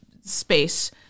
space